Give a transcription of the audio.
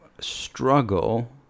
struggle